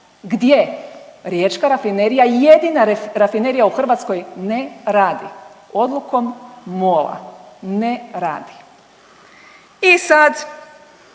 Gdje? Riječka rafinerija je jedina rafinerija u Hrvatskoj, ne radi. Odlukom MOL-a. Ne radi. I sad